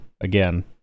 again